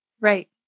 right